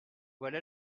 voilà